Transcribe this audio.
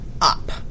up